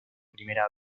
primera